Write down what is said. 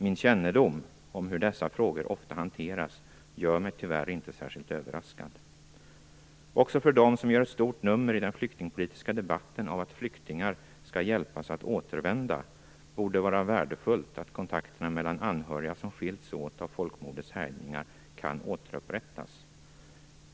Min kännedom om hur dessa frågor ofta hanteras gör mig tyvärr inte särskilt överraskad. Också för dem som gör ett stort nummer i den flyktingpolitiska debatten av att flyktingar skall hjälpas att återvända borde det vara värdefullt att kontakterna mellan anhöriga som skiljts åt av folkmordets härjningar kan återupprättas.